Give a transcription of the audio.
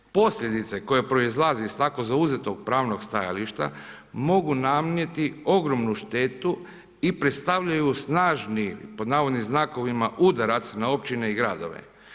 Posljedice koje proizlaze iz tako zauzetog pravnog stajališta mogu nanijeti ogromnu štetu i predstavljaju snažni, pod navodnim znakovima „udarac“ na općine i gradove.